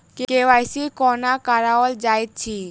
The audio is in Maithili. के.वाई.सी कोना कराओल जाइत अछि?